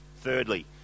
thirdly